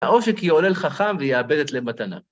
העושק יהולל חכם ויאבד את לב מתנה.